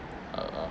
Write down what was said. uh uh